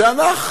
תיאנח,